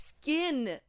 skin